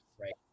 right